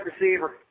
receiver